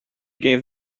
gave